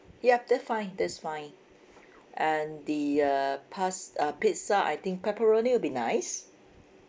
yup that find that's fine and the uh pasta uh pizza I think pepperoni will be nice